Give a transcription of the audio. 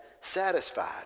satisfied